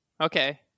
Okay